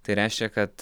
tai reiškia kad